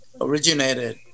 originated